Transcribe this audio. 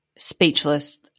Speechless